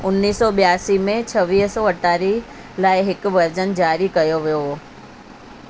उनीस सौ ॿियासी में छवीह सौ अटारी लाइ हिकु वर्जन जारी कयो वियो